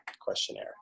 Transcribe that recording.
questionnaire